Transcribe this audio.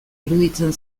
iruditzen